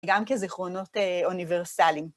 גם כזיכרונות אה.. אוניברסליים.